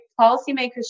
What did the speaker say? policymakers